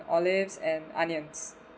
olives and onions